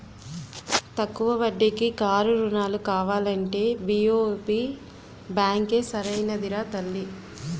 తక్కువ వడ్డీకి కారు రుణాలు కావాలంటే బి.ఓ.బి బాంకే సరైనదిరా తల్లీ